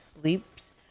sleeps